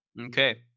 okay